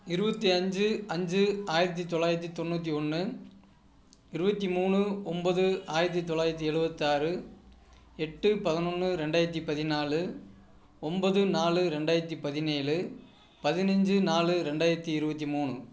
இருபத்தி அஞ்சு அஞ்சு ஆயிரத்தி தொள்ளாயிரத்தி தொண்ணூற்றி ஒன்று இருபத்தி மூணு ஒம்போது ஆயிரத்தி தொள்ளாயிரத்தி எழுவத்தாறு எட்டு பதினொன்று ரெண்டாயிரத்தி பதினாழு ஒம்போது நாலு ரெண்டாயிரத்தி பதினேழு பதினைஞ்சி நாலு ரெண்டாயிரத்தி இருபத்தி மூணு